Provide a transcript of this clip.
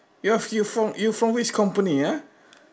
ya you from you from which company ah